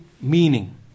meaning